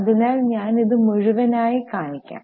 അതിനാൽ ഞാൻ അത് മുഴുവനായി കാണിക്കാം